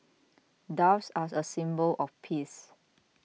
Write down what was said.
doves are a symbol of peace